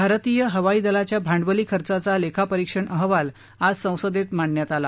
भारतीय हवाई दलाच्या भांडवली खर्चाचा लेखापरिक्षण अहवाल आज संसदेत मांडण्यात आला